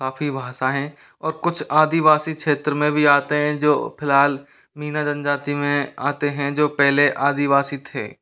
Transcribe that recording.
काफी भाषाएँ और कुछ आदिवासी क्षेत्र में भी आते हैं जो फिलहाल मीना जनजाति में आते हैं जो पहले आदिवासी थे